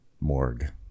morgue